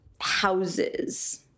houses